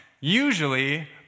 usually